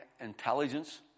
intelligence